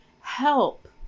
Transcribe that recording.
help